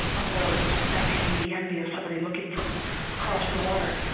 yeah although that may be the envy of somebody looking from across the water!